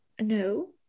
No